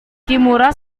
kimura